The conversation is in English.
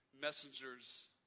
messengers